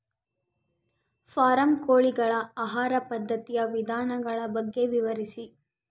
Form ಕೋಳಿಗಳ ಆಹಾರ ಪದ್ಧತಿಯ ವಿಧಾನಗಳ ಬಗ್ಗೆ ವಿವರಿಸಿ?